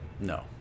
No